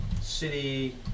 City